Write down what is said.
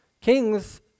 Kings